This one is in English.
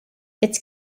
its